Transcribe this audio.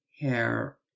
hair